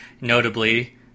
notably